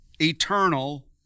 eternal